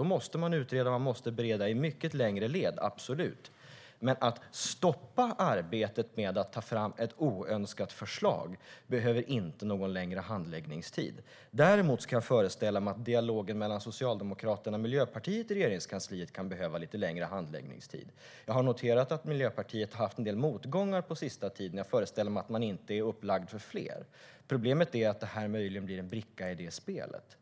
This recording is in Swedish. Då måste man utreda och bereda i mycket längre led - absolut. Men att stoppa arbetet med att ta fram ett oönskat förslag kräver inte någon längre handläggningstid. Däremot kan jag föreställa mig att dialogen mellan Socialdemokraterna och Miljöpartiet i Regeringskansliet kan behöva lite längre handläggningstid. Jag har noterat att Miljöpartiet haft en del motgångar den senaste tiden, och jag föreställer mig att man inte är upplagd för fler. Problemet är att detta möjligen blir en bricka i spelet.